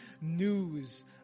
news